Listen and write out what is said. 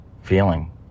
feeling